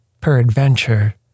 peradventure